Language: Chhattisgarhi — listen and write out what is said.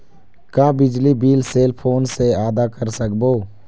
का बिजली बिल सेल फोन से आदा कर सकबो?